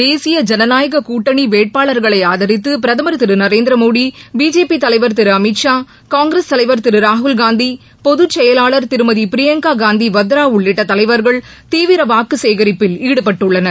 தேசியஜனநாயககூட்டணிவேட்பாளா்களைஆதரித்தபிரதமா் திருநரேந்திரமோடி பிஜேபி தலைவா் திருஅமித்ஷா காங்கிரஸ் தலைவர் திருராகுல்காந்தி பொதுச்செயலாளர் திருமதிபிரியங்காகாந்திவத்ரா உள்ளிட்டதலைவர்கள் தீவிரவாக்குசேகரிப்பில் ஈடுபட்டுள்ளனர்